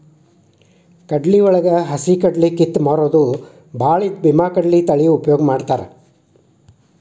ಕಡ್ಲಿವಳಗ ಹಸಿಕಡ್ಲಿ ಕಿತ್ತ ಮಾರುದು ಬಾಳ ಇದ್ದ ಬೇಮಾಕಡ್ಲಿ ತಳಿ ಉಪಯೋಗ ಮಾಡತಾತ